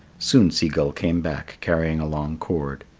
soon sea gull came back carrying a long cord.